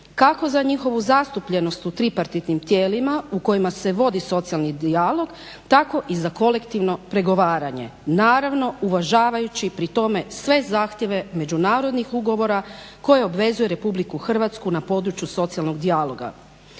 kako za njihovu zastupljenost u tripartitnim tijelima u kojima se vodi socijalni dijalog tako i za kolektivno pregovaranje naravno uvažavajući pri tome sve zahtjeve međunarodnih ugovora koje obvezuje Republiku Hrvatsku na području socijalnog dijaloga.